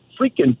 freaking